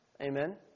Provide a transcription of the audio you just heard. Amen